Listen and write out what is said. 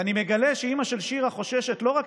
ואני מגלה שאימא של שירה חוששת לא רק